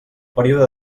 període